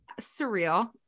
Surreal